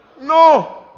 no